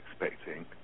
expecting